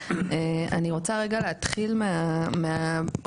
ואני רוצה רגע להתחיל מהחוסר,